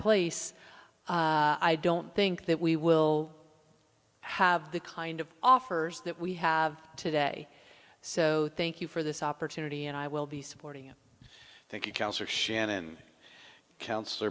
place i don't think that we will have the kind of offers that we have today so thank you for this opportunity and i will be supporting thank you cancer shannon coun